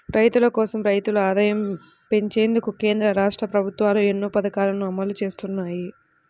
రైతుల కోసం, రైతుల ఆదాయం పెంచేందుకు కేంద్ర, రాష్ట్ర ప్రభుత్వాలు ఎన్నో పథకాలను అమలు చేస్తున్నాయి